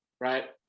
right